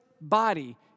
body